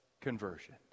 conversion